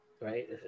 right